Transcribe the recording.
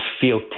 feel